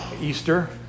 Easter